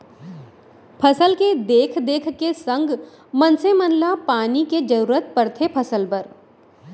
फसल के देख देख के संग मनसे मन ल पानी के जरूरत परथे फसल बर